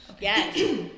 Yes